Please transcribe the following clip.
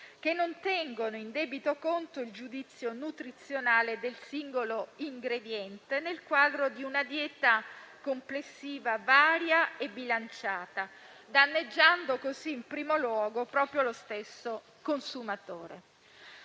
che non tengono in debito conto il giudizio nutrizionale del singolo ingrediente, nel quadro di una dieta complessiva varia e bilanciata, danneggiando così, in primo luogo, proprio lo stesso consumatore.